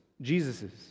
Jesus's